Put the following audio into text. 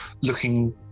looking